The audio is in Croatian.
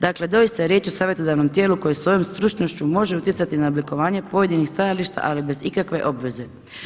Dakle doista je riječ o savjetodavnom tijelu koje svojom stručnošću može utjecati na oblikovanje pojedinih stajališta ali bez ikakve obveze.